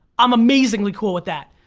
i'm amazingly cool with that.